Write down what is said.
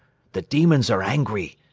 the demons are angry,